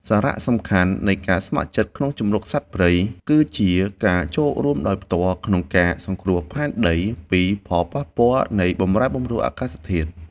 សារៈសំខាន់នៃការស្ម័គ្រចិត្តក្នុងជម្រកសត្វព្រៃ គឺជាការចូលរួមដោយផ្ទាល់ក្នុងការសង្គ្រោះផែនដីពីផលប៉ះពាល់នៃបម្រែបម្រួលអាកាសធាតុ។